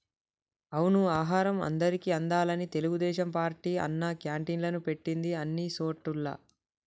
అవును ఆహారం అందరికి అందాలని తెలుగుదేశం పార్టీ అన్నా క్యాంటీన్లు పెట్టింది అన్ని సోటుల్లా